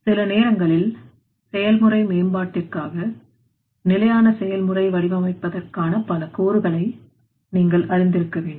சில நேரங்களில் செயல்முறை மேம்பாட்டிற்காக நிலையான செயல்முறை வடிவமைப்பதற்கான பல கூறுகளை நீங்கள் அறிந்திருக்க வேண்டும்